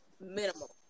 minimal